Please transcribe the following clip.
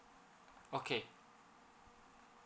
okay